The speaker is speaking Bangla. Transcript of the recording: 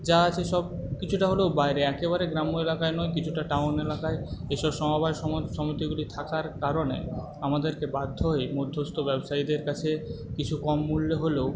যা আছে সব কিছুটা হলেও বাইরে একেবারে গ্রাম্য এলাকায় নয় কিছুটা টাউন এলাকায় এসব সমবায় সমান সমিতিগুলি থাকার কারণে আমাদেরকে বাধ্য হয়েই মধ্যস্থ ব্যবসায়ীদের কাছে কিছু কম মূল্যে হলেও